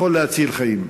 יכול להציל חיים.